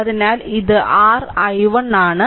അതിനാൽ ഇത് r i1 ആണ്